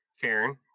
Karen